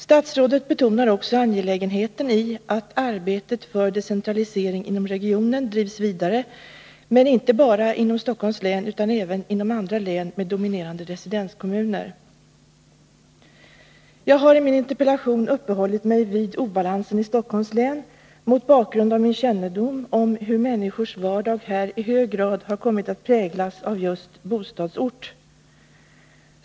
Statsrådet betonar också angelägenheten av att arbetet för decentralisering inom regionen drivs vidare, men inte bara inom Stockholms län utan även inom andra län med dominerande residenskommuner. Jag har i min interpellation uppehållit mig vid obalansen i Stockholms län mot bakgrund av min kännedom om hur människors vardag här i hög grad har kommit att präglas av just bostadsorten.